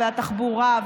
התחבורה,